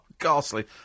ghastly